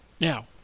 now